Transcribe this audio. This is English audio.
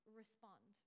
respond